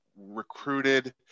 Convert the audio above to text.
recruited